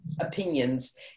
opinions